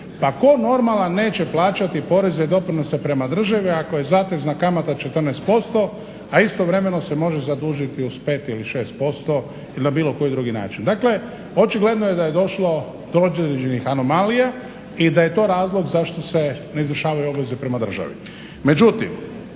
pa tko normalan neće plaćati poreze i doprinose prema državi ako je zatezna kamata 14%, a istovremeno se može zadužiti uz 5 ili 6% ili na bilo koji drugi način. Dakle, očigledno da je došlo do određenih anomalija i da je to razlog zašto se ne izvršavaju obveze prema državi.